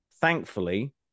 Thankfully